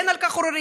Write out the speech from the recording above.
אין על כך עוררין,